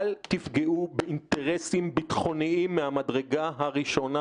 אבל אל תפגעו באינטרסים ביטחוניים מהמדרגה הראשונה,